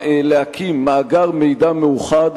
באה להקים מאגר מידע מאוחד,